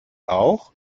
auch